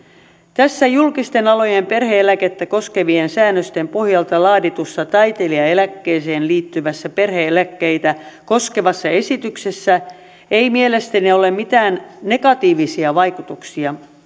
tässä julkisten alojen perhe eläkettä koskevien säännösten pohjalta laaditussa taiteilijaeläkkeeseen liittyvässä perhe eläkkeitä koskevassa esityksessä ei mielestäni ole mitään negatiivisia vaikutuksia